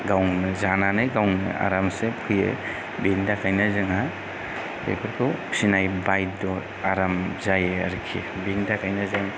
गावनो जानानै गावनो आरामसे फैयो बेनि थाखायनो जोंहा बेफोरखौ बायध'आराम जायो आरोखि बिनि थाखायनो जों